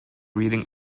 reading